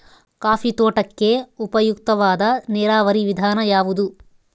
Coffee ತೋಟಕ್ಕೆ ಉಪಯುಕ್ತವಾದ ನೇರಾವರಿ ವಿಧಾನ ಯಾವುದು?